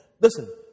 Listen